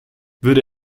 würde